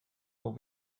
will